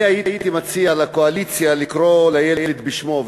הייתי מציע לקואליציה לקרוא לילד בשמו,